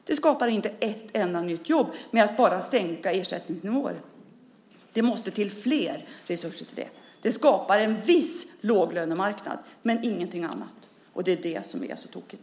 Det skapar inte ett enda nytt jobb att bara sänka ersättningsnivåer. Det måste till flera resurser för det. Det här skapar en viss låglönemarknad men ingenting annat. Det är det som är så tokigt.